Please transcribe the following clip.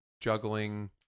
juggling